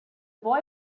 boy